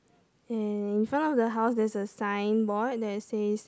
and in front of the house there is a signboard that says